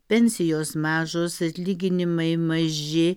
pensijos mažos atlyginimai maži